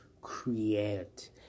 create